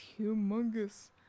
humongous